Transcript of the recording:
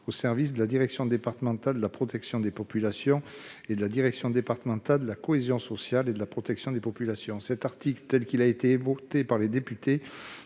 aux services de la direction départementale de la protection des populations et de la direction départementale de la cohésion sociale et de la protection des populations. Cet article, tel qu'il a été voté par les députés